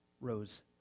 rose